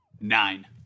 Nine